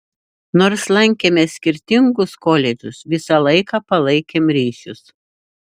nors lankėme skirtingus koledžus visą laiką palaikėm ryšius